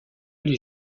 les